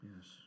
Yes